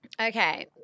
Okay